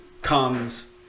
Comes